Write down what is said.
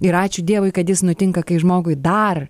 ir ačiū dievui kad jis nutinka kai žmogui dar